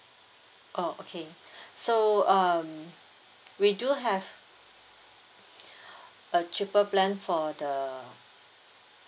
oh okay so um we do have a cheaper plan for the